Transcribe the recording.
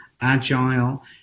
agile